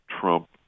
trump